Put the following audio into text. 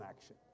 action